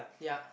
yeah